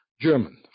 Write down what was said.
German